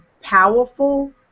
powerful